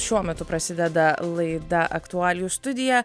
šiuo metu prasideda laida aktualijų studija